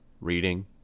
reading